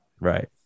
Right